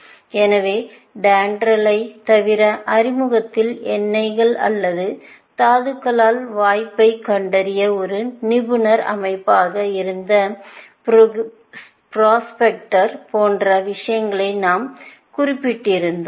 எனவே DENDRAL ஐத் தவிர அறிமுகத்தில் எண்ணெய்கள் அல்லது தாதுக்களுக்கான வாய்ப்பைக் கண்டறிய ஒரு நிபுணர் அமைப்பாக இருந்த ப்ரொஸ்பெக்டர் போன்ற விஷயங்களை நாம் குறிப்பிட்டிருக்கலாம்